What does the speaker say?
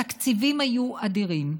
התקציבים היו אדירים,